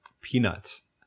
peanuts